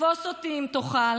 תפוס אותי אם תוכל,